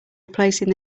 replacing